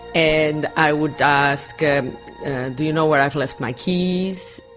and i would ask, ah do you know where i've left my keys?